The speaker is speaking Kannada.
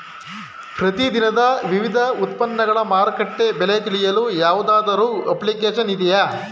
ಪ್ರತಿ ದಿನದ ವಿವಿಧ ಉತ್ಪನ್ನಗಳ ಮಾರುಕಟ್ಟೆ ಬೆಲೆ ತಿಳಿಯಲು ಯಾವುದಾದರು ಅಪ್ಲಿಕೇಶನ್ ಇದೆಯೇ?